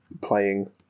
playing